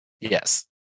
Yes